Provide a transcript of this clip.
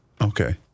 Okay